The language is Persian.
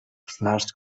فرض